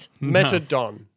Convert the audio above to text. Metadon